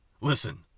Listen